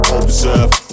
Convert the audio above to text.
observe